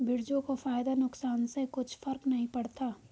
बिरजू को फायदा नुकसान से कुछ फर्क नहीं पड़ता